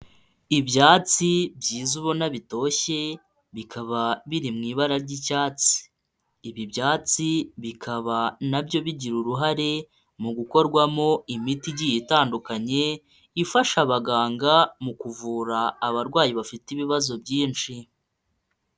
Ibyatsi byiza ubona bitoshye, bikaba biri mu ibara ry'icyatsi. Ibi byatsi bikaba na byo bigira uruhare mu gukorwamo imiti igiye itandukanye, ifasha abaganga mu kuvura abarwayi bafite ibibazo byinshi.